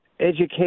education